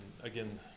again